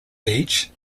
beach